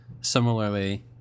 similarly